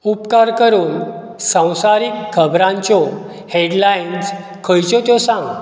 उपकार करून संवसारीक खबरांच्यो हेडलायनस खंयच्यो त्यो सांग